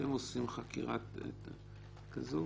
אתם עושים חקירה כזו?